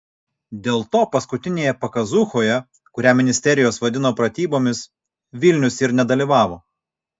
dėl to paskutinėje pakazūchoje kurią ministerijos vadino pratybomis vilnius ir nedalyvavo